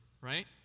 right